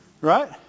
Right